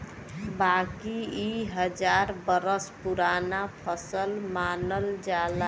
बाकी इ हजार बरस पुराना फसल मानल जाला